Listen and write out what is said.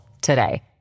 today